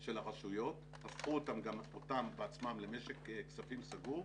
של הרשויות, הפכו אותם בעצמם למשק כספים סגור,